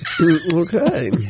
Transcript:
Okay